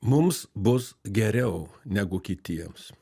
mums bus geriau negu kitiems